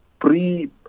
pre